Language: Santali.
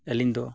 ᱟᱹᱞᱤᱧ ᱫᱚ